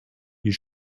you